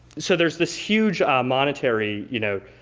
so, there's this huge monetary, you know,